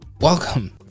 welcome